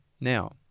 Now